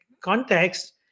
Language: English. context